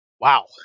Wow